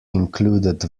included